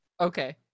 okay